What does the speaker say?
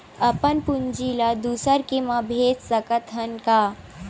अपन पूंजी ला दुसर के मा भेज सकत हन का?